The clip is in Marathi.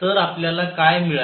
तर आपल्याला काय मिळाले